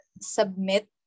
submit